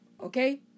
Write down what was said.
okay